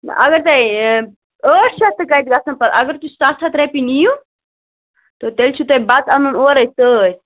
اگر تۄہہِ ٲٹھ شیٚتھ تہِ کَتہ گَژھَن پَتہٕ اگر تُہۍ ستھ ہتھ رۄپیہ نِیِو تہٕ تیٚلہ چھو تۄہہِ بَتہٕ اَنُن اورے سۭتۍ